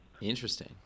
Interesting